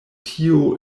tio